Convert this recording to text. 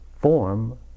form